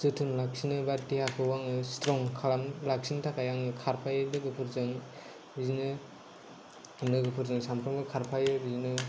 जोथोन लाखिनो बा देहाखौ आङो स्ट्रं खालामना लाखिनो थाखाय आङो खारफायो लोगोफोरजों बिदिनो लोगोफोरजों सानफ्रामबो खारफायो बिदिनो